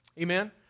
Amen